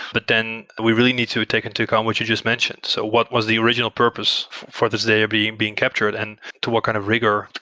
but then we really need to take into account what you just mentioned, so what was the original purpose for this data being being captured and to what kind of rigor,